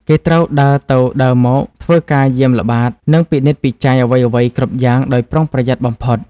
គេត្រូវដើរទៅដើរមក ធ្វើការយាមល្បាត និងពិនិត្យពិច័យអ្វីៗគ្រប់យ៉ាងដោយប្រុងប្រយ័ត្នបំផុត។